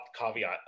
caveat